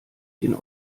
den